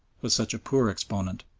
was such a poor exponent.